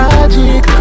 Magic